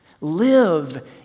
Live